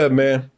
man